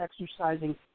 exercising